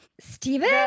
Stephen